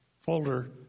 folder